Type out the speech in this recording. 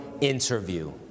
interview